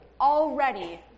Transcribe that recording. already